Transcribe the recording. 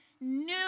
new